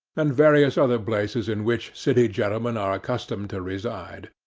and various other places in which city gentlemen are accustomed to reside.